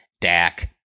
Dak